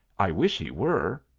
i wish he were.